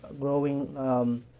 growing